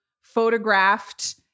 photographed